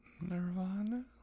Nirvana